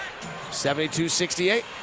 72-68